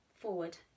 forward